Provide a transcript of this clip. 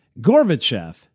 Gorbachev